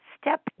step